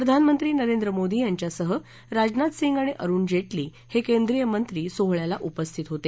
प्रधानमंत्री नरेंद्र मोदी यांच्यासह राजनाथ सिंह आणि अरुण जेटली हे केंद्रीय मंत्री सोहळ्याला उपस्थित होते